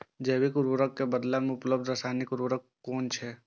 जैविक उर्वरक के बदला में उपलब्ध रासायानिक उर्वरक कुन छै?